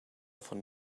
von